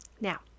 Now